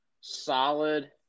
solid